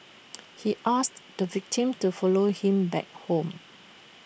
he asked the victim to follow him back home